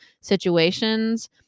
situations